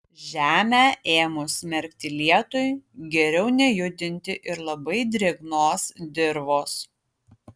žemę ėmus merkti lietui geriau nejudinti ir labai drėgnos dirvos